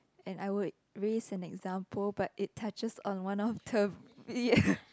and I would raise an example but it touches on one of the ya